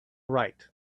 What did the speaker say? write